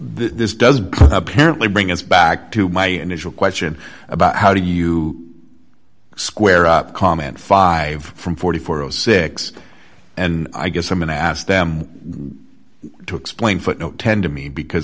this doesn't apparently bring us back to my initial question about how do you square up comment five from forty four o six and i guess i'm going to ask them to explain footnote tend to me because